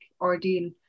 ordeal